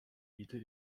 éviter